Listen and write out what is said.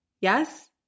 Yes